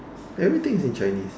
everything is in Chinese